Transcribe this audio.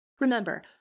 Remember